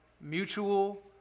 mutual